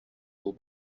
will